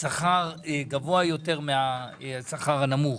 שכר גבוה יותר מהשכר הנמוך.